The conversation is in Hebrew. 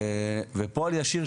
ופועל ישיר,